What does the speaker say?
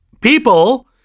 People